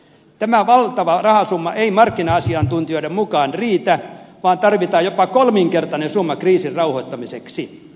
tämä valtava rahasumma ei markkina asiantuntijoiden mukaan riitä vaan tarvitaan jopa kolminkertainen summa kriisin rauhoittamiseksi